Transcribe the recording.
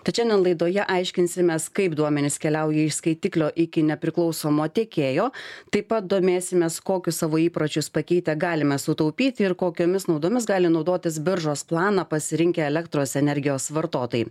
tad šiandien laidoje aiškinsimės kaip duomenys keliauja iš skaitiklio iki nepriklausomo tiekėjo taip pat domėsimės kokius savo įpročius pakeitę galime sutaupyti ir kokiomis naudomis gali naudotis biržos planą pasirinkę elektros energijos vartotojai